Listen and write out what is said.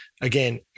again